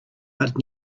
but